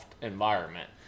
environment